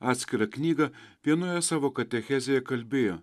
atskirą knygą vienoje savo katechezėje kalbėjo